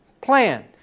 plan